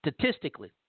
statistically